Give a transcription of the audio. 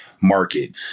market